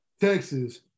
Texas